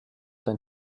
dein